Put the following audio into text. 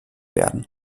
werden